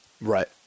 Right